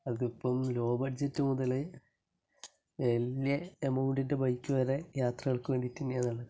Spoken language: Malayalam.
അതിപ്പം ലോ ബഡ്ജറ്റ് മുതൽ വലിയ എമൗണ്ടിൻ്റെ ബൈക്ക് വരെ യാത്രകൾക്ക് വേണ്ടിയിട്ട് തന്നെയാണുള്ളത്